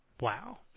Wow